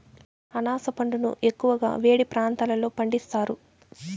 అనాస పండును ఎక్కువగా వేడి ప్రాంతాలలో పండిస్తారు